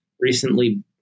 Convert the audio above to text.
recently